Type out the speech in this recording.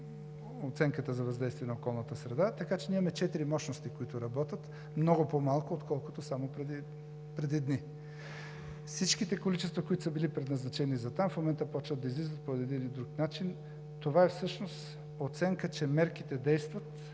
оценката за въздействие на околната среда. Така че ние имаме четири мощности, които работят. Много по-малко са, отколкото само преди дни. Всичките количества, които са били предназначени за там, в момента започват да излизат по един или друг начин. Това всъщност е оценка, че мерките действат,